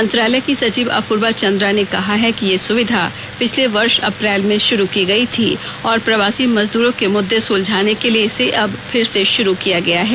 मंत्रालय की सचिव अपूर्वा चन्द्रा ने कहा कि यह सुविधा पिछले वर्ष अप्रैल में शुरू की गई थी और प्रवासी मजदूरों के मुद्दे सुलझाने के लिए इसे अब फिर शुरू किया गया है